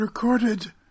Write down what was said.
Recorded